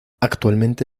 actualmente